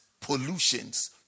pollutions